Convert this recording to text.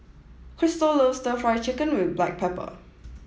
Kristal loves Stir Fry Chicken with black pepper